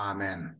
Amen